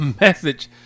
message